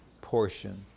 portion